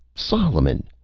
solomon,